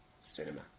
cinema